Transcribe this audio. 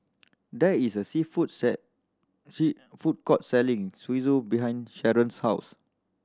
there is a sea food sea food court selling Zosui behind Sheron's house